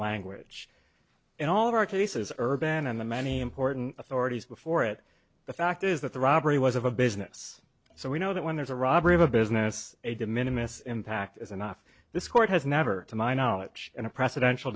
language in all of our cases urban and the many important authorities before it the fact is that the robbery was of a business so we know that when there's a robbery of a business a de minimus impact is enough this court has never to my knowledge in a presidential